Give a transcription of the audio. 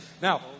Now